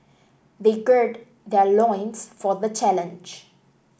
they gird their loins for the challenge